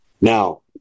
Now